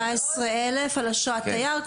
רק מאוקראינה 19,000 על אשרת תייר.